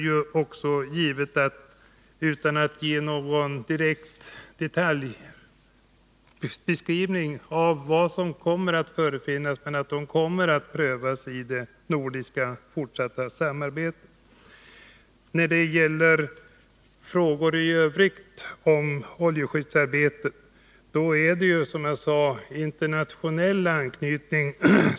Jag vill utan att ge någon direkt detaljbeskrivning av vad det är fråga om säga, att allt detta givetvis kommer att prövas i det fortsatta nordiska samarbetet. I övrigt haroljeskyddsarbetet, som jag sade, också en internationell anknytning.